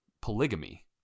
polygamy